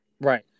Right